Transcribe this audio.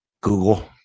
Google